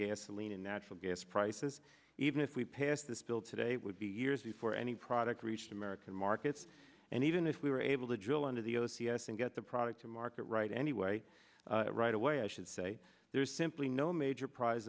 gasoline and natural gas prices even if we pass this bill today it would be years before any product reached american markets and even if we were able to drill under the o c s and get the product to market right anyway right away i should say there is simply no major prize